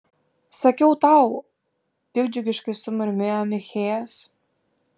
sakiau tau piktdžiugiškai sumurmėjo michėjas